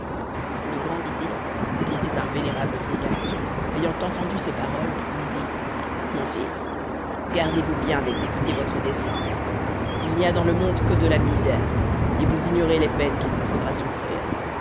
le grand vizir qui était un vénérable vieillard ayant entendu ces paroles lui dit mon fils gardez-vous bien d'exécuter votre dessein il n'y a dans le monde que de la misère et vous ignorez les peines qu'il vous faudra souffrir